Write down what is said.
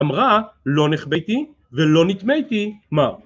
אמרה לא נחבאתי ולא נטמעתי מר